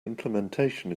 implementation